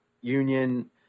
union